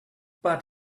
but